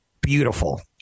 beautiful